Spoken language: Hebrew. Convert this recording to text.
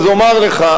אומר לך,